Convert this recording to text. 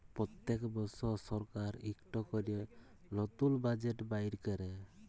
প্যত্তেক বসর সরকার ইকট ক্যরে লতুল বাজেট বাইর ক্যরে